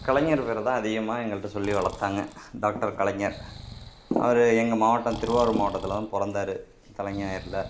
கலைஞர் பேரைதான் அதிகமாக எங்கள்கிட்ட சொல்லி வளர்த்தாங்க டாக்டர் கலைஞர் அவர் எங்கள் மாவட்டம் திருவாரூர் மாவட்டடத்தில்தான் பிறந்தாரு